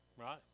right